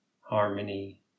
harmony